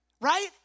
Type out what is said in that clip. right